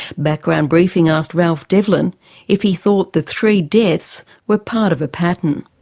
background briefing asked ralph devlin if he thought the three deaths were part of a pattern.